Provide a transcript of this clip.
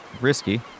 risky